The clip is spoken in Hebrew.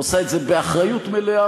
עושה את זה באחריות מלאה,